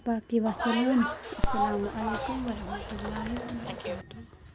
تہٕ باقی وَسلام اَلسلامُ علیکُم وَ رحمتہ اللہِ وَبَرکاتُہہ